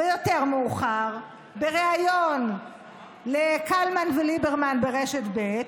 ויותר מאוחר, בריאיון לקלמן וליברמן ברשת ב',